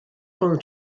rhwng